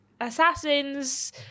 Assassin's